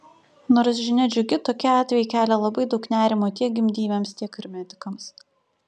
nors žinia džiugi tokie atvejai kelia labai daug nerimo tiek gimdyvėms tiek ir medikams